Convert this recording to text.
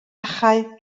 achau